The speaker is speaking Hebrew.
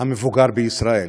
המבוגר בישראל.